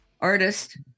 artist